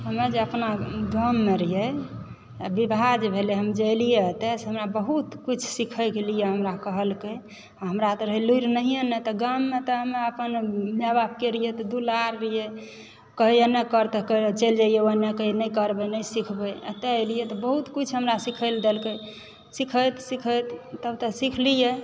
हमे जे अपना गाममे रहिए तऽ विवाह जे भेलय हम जे एलियै एतए तऽ हमरा बहुत किछु सिखयके लिए हमरा कहलकय हमरा तऽ रहय लुरि नहिये नऽ तऽ गाममे तऽ हमे अपन मायबापके रहियै तऽ दुलार रहियै कहय एनय कर तऽ चलि जइयै ओने कहियै नहि करबै नहि सिखबै एतए एलियै तऽ बहुत किछु हमरा सिखय लेल देलकै सिखैत सिखैत तब तऽ सिखलियै